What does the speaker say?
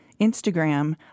Instagram